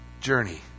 journey